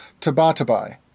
Tabatabai